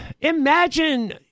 Imagine